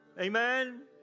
Amen